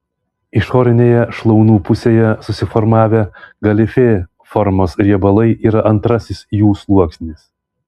išorinėje šlaunų pusėje susiformavę galifė formos riebalai yra antrasis jų sluoksnis